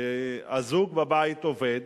כשהזוג בבית עובד